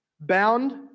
bound